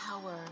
power